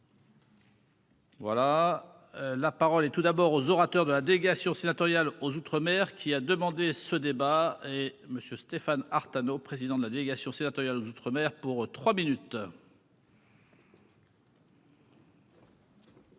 Voilà la parole et tout d'abord aux orateurs de la délégation sénatoriale aux outre-mer qui a demandé ce débat et monsieur Stéphane Artano, président de la délégation sénatoriale aux outre-mer pour trois minutes. Monsieur